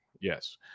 yes